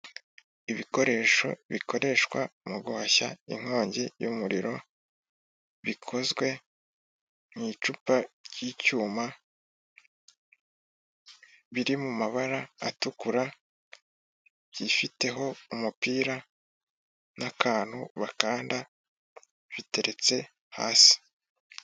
Ibikoresho bikoreshwa mu guhashya inkongi y'umuriro bikozwe mu icupa ry'icyuma biri mu mabara atukura byifiteho umupira n'akantu bakanda biteretse hasi.